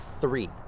Three